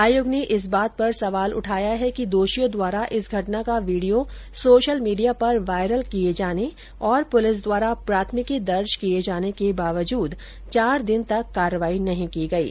आयोग ने इस बात पर सवाल उठाया है कि दोषियों द्वारा इस घटना का वीडियो सोशल मीडिया पर वायरल किये जाने और पुलिस द्वारा प्राथमिकी दर्ज किये जाने के बावजूद चार दिन तक कार्रवाई नहीं की गयी